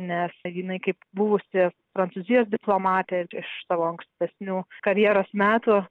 nes jinai kaip buvusi prancūzijos diplomatė iš tavo ankstesnių karjeros metų